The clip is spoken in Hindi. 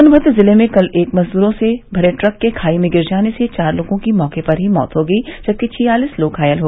सोनमद्र जिले में कल एक मजदूरों से भरे ट्रक के खाई में गिर जाने से चार लोगों की मौके पर ही मौत हो गई जबकि छियालीस लोग घायल है